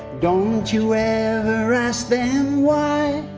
don't you ever ask them why,